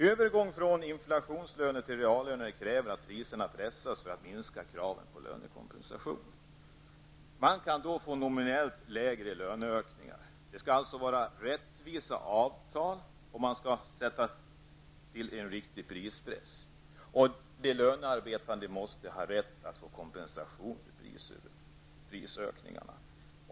Övergång från inflationslöner till reallöner kräver att priserna pressas så att man minskar kraven på lönekompensation. Man kan då få nominellt lägre löneökningar. Det skall alltså vara rättvisa avtal, och man skall sätta till en riktig prispress. De lönearbetande måste ha rätt att få kompensation för prisökningarna.